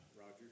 Roger